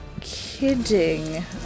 kidding